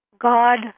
God